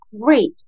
great